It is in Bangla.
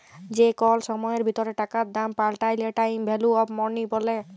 যে কল সময়ের ভিতরে টাকার দাম পাল্টাইলে টাইম ভ্যালু অফ মনি ব্যলে